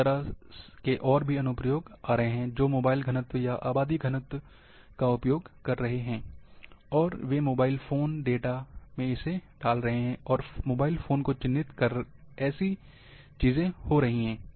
इसी तरह के और भी अनुप्रयोग आ रहे हैं जो मोबाइल घनत्व या आबादी घनत्व का उपयोग कर रहे हैं और वे मोबाइल फोन डेटा में इसे डाल रहे हैं और मोबाइल फ़ोन को चिन्हित कर ऐसे चीजें हो रही हैं